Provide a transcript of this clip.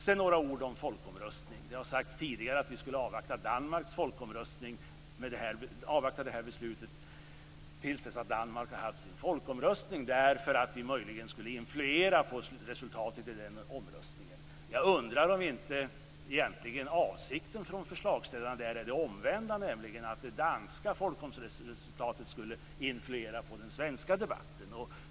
Sedan några ord om folkomröstning. Det har sagts tidigare att vi skall avvakta det här beslutet tills dess att Danmark har haft sin folkomröstning därför att vi möjligen skulle influera på resultatet i den omröstningen. Jag undrar om inte avsikten från förslagsställaren egentligen är den omvända, nämligen att det danska folkomröstningsresultatet skulle influera den svenska debatten.